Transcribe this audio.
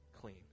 clean